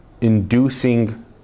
inducing